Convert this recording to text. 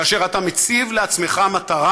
כאשר אתה מציב לעצמך מטרה,